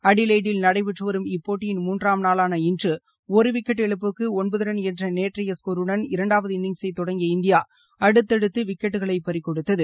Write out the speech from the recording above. அடிலைடில் நடைபெற்று வரும் இப்போட்டியின் மூன்றாம் நாளான இன்று ஒரு விக்கெட் இழப்புக்கு ஒன்பது ரன் என்ற நேற்யை ஸ்கோருடன் இரண்டாவது இன்னிங்ஸை தொடங்கிய இந்தியா அடுத்தடுத்து விக்கெட்களை பறிகொடுத்தது